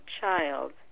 child